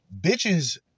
bitches